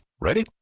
Ready